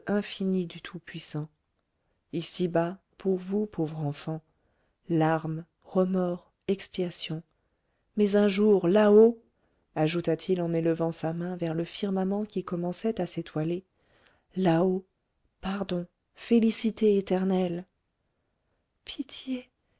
infinie du tout-puissant ici-bas pour vous pauvre enfant larmes remords expiation mais un jour là-haut ajouta-t-il en élevant sa main vers le firmament qui commençait à s'étoiler là-haut pardon félicité éternelle pitié pitié